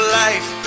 life